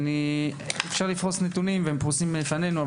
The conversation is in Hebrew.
אפשר לפרוס נתונים, והם פרוסים בפנינו.